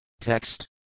Text